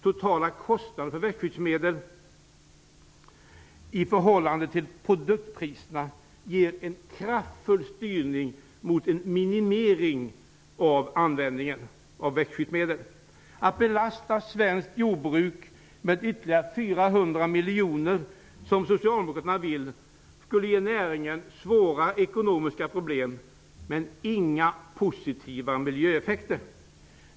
Totala kostnaden för växtskyddsmedel i förhållande till produktpriserna ger en kraftfull styrning mot en minimering av användningen av växtskyddsmedel. Att belasta svenskt jordbruk med ytterligare 400 miljoner, som socialdemokraterna vill, skulle ge näringen svåra ekonomiska problem men inga positiva miljöeffekter.